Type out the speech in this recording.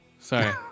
Sorry